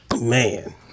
Man